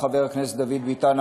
חבר הכנסת דוד ביטן,